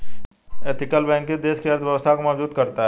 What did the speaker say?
ethical banking देश की अर्थव्यवस्था को मजबूत करता है